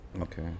Okay